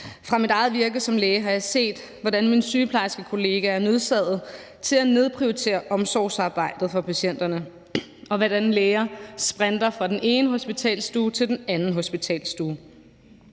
Fra mit eget virke som læge har jeg set, hvordan min sygeplejerskekollega er nødsaget til at nedprioritere omsorgsarbejdet med patienterne, og hvordan læger sprinter fra den ene hospitalsstue til den anden hospitalsstue.